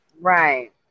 Right